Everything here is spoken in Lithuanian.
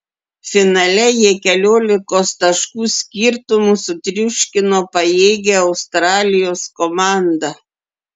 finale jie keliolikos taškų skirtumu sutriuškino pajėgią australijos komandą